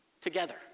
Together